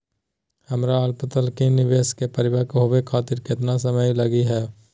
हमर अल्पकालिक निवेस क परिपक्व होवे खातिर केतना समय लगही हो?